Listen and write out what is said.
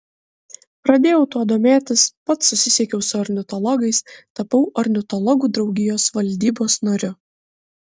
pradėjau tuo domėtis pats susisiekiau su ornitologais tapau ornitologų draugijos valdybos nariu